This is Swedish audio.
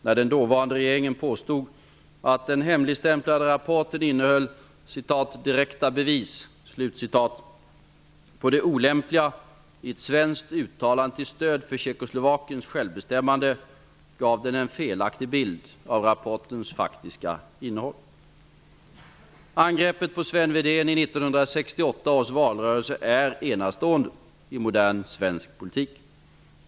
När den dåvarande regeringen påstod att den hemligstämplade rapporten innehöll ''direkta bevis'' på det olämpliga i ett svenskt uttalande till stöd för Tjeckoslovakiens självbestämmanderätt, gav den en felaktig bild av vad rapporten faktiskt innehöll. Angreppet på Sven Wedén i 1968 års valrörelse är enastående i modern svensk politik.